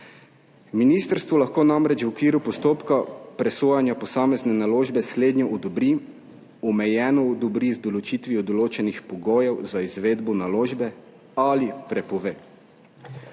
Ministrstvo lahko namreč v okviru postopka presojanja posamezne naložbe slednjo odobri, omejeno odobri z določitvijo določenih pogojev za izvedbo naložbe ali prepove.